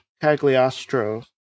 Cagliostro